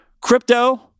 Crypto